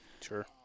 sure